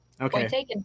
Okay